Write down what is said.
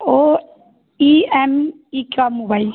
वो E M I का mobile